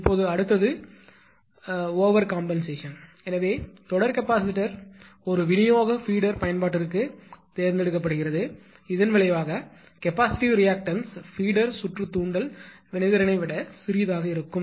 இப்போது அடுத்தது over compensation எனவே தொடர் கெபாசிட்டர் ஒரு விநியோக பீடர் பயன்பாட்டிற்கு தேர்ந்தெடுக்கப்படுகிறது இதன் விளைவாக கெபாசிட்டிவ் ரியாக்டன்ஸ் பீடர் சுற்று தூண்டல் வினைத்திறனை விட சிறியதாக இருக்கும்